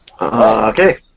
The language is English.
Okay